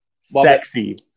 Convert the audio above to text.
Sexy